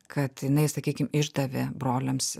kad jinai sakykim išdavė broliams